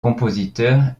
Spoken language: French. compositeur